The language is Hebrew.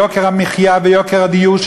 מיוקר המחיה ויוקר הדיור,